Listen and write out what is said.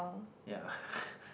ya